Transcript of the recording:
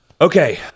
Okay